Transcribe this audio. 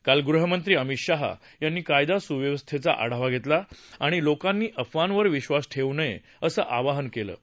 काल गृहमंत्री अमित शाह यांनी कायदा सुव्यवस्थेचा आढावा घेतला आणि लोकांनी अफवांवर विधास ठेवू नये असं आवाहन केलं आहे